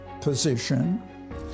position